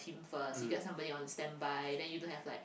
first you get somebody on standby then you don't have like